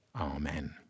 Amen